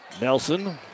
Nelson